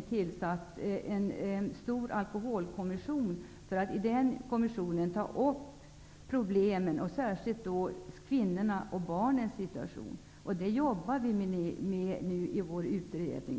tillsatt en stor alkoholkommission för att ta upp de alkoholproblem som funnits också under socialdemokraternas regeringstid. Man inriktar sig särskilt på kvinnornas och barnens situation. Dessa frågor jobbar vi nu med i vår utredning.